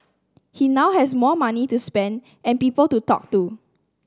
he now has more money to spend and people to talk to